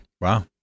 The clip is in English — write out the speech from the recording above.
Wow